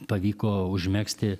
pavyko užmegzti